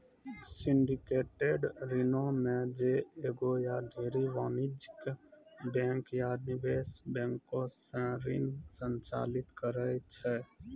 syndicated ऋणो मे जे एगो या ढेरी वाणिज्यिक बैंक या निवेश बैंको से ऋण संचालित करै छै